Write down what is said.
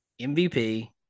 MVP